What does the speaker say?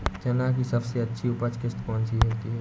चना की सबसे अच्छी उपज किश्त कौन सी होती है?